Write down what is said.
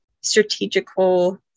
strategical